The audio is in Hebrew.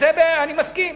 ואני מסכים,